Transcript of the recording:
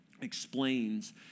explains